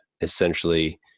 essentially